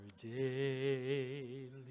daily